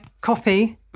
copy